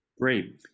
Great